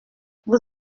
vous